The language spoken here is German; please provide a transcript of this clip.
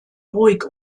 ruhig